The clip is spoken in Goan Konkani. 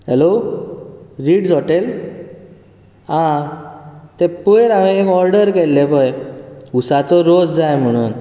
हॅलो रिट्ज होटेल हां ते पयर हांवें एक ऑर्डर केल्ले पळय उसाचो रोस जाय म्हणून